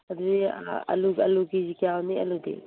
ꯑꯗꯨꯗꯤ ꯑꯥꯂꯨ ꯑꯥꯂꯨ ꯀꯦꯖꯤ ꯀꯌꯥ ꯑꯣꯟꯅꯤ ꯑꯥꯂꯨꯗꯤ